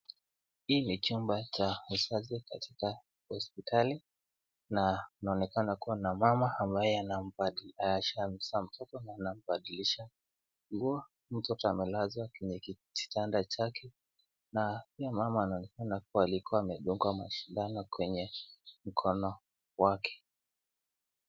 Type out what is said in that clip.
Hii ni chumba cha uzazi katika hospitali na inaonekana kua na mama ambaye ameshamzaa mtoto na anambadilisha nguo. Mtoto amelazwa kwenye kitanda chake na pia mama anaonekana kua alikua amedungwa na sindano kwenye mkono wake.